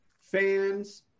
fans